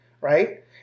right